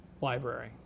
library